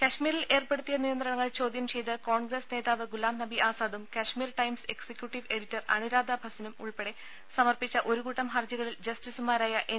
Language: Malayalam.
കശ്മീരിൽ ഏർപ്പെടുത്തിയ നിയന്ത്രണങ്ങൾ ചോദ്യം ചെയ്ത് കോൺഗ്രസ് നേതാവ് ഗുലാം നബി ആസാദും Kashmir Times executive editor Anuradha ഭസിനും ഉൾപ്പെടെ സമർപ്പിച്ച ഒരു കൂട്ടം ഹർജികളിൽ ജസ്റ്റിസുമാരായ എൻ